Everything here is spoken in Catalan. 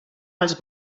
els